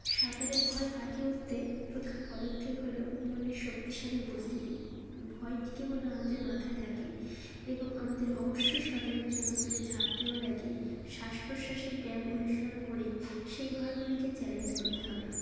সাঁতারের ভয় কাটিয়ে উঠতে প্রধান পদক্ষেপ হলো মনের শক্তিশালী উপস্থিতি ভয়টি কেবল আমাদের মাথায় থাকে এবং আমাদের অবশ্যই সাঁতারের জন্য পুলে ঝাঁপ দেওয়ার আগে শ্বাস প্রশ্বাসের ব্যায়াম অনুশীলন করে সেই ভয়গুলিকে চ্যালেঞ্জ করতে হবে